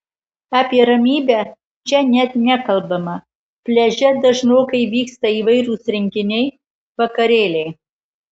apie ramybę čia net nekalbama pliaže dažnokai vyksta įvairūs renginiai vakarėliai